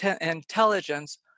intelligence